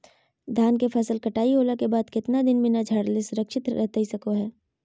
धान के फसल कटाई होला के बाद कितना दिन बिना झाड़ले सुरक्षित रहतई सको हय?